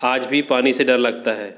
आज भी पानी से डर लगता है